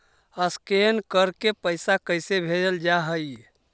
Scan करके पैसा कैसे भेजल जा हइ?